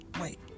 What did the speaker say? wait